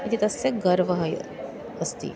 इति तस्य गर्वः इति अस्ति